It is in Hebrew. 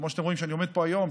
כמו שאתם רואים שאני עומד פה היום,